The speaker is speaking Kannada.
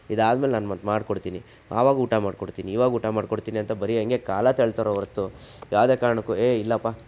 ಇದಾದ್ಮೇಲೆ ನಾನು ಮತ್ತೆ ಮಾಡ್ಕೊಡ್ತೀನಿ ಆವಾಗ ಊಟ ಮಾಡ್ಕೊಡ್ತೀನಿ ಇವಾಗ ಊಟ ಮಾಡ್ಕೊಡ್ತೀನಿ ಅಂತ ಬರೀ ಹಾಗೆ ಕಾಲ ತಳ್ತಾರೆ ಹೊರತು ಯಾವುದೇ ಕಾರಣಕ್ಕೂ ಏ ಇಲ್ಲಪ್ಪಾ